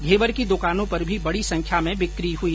घेवर की दुकानों पर भी बड़ी संख्या में बिकी हुई